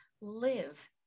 live